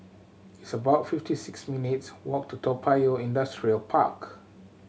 it's about fifty six minutes' walk to Toa Payoh Industrial Park